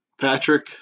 Patrick